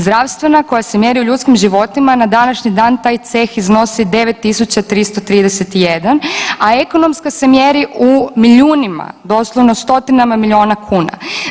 Zdravstvena koja se mjeri u ljudskim životima na današnji dan taj ceh iznosi 9.331, a ekonomska se mjeri u milijunima, doslovno stotinama milijuna kuna.